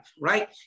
right